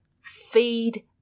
feed